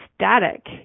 static